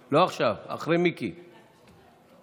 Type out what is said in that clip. לא מעניין את הממשלה באמת